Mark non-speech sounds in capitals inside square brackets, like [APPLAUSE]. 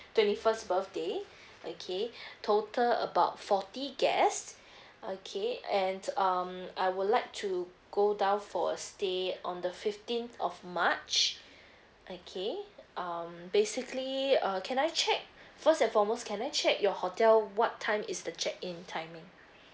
twenty first birthday okay [BREATH] total about forty guests okay and um I would like to go down for a stay on the fifteenth of march okay um basically uh can I check first and foremost can I check your hotel what time is the check in timing